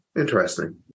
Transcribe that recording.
Interesting